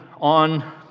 on